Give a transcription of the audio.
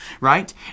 right